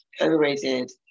Overrated